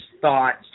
thoughts